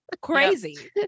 crazy